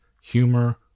humor